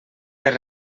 les